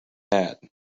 that